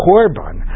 Korban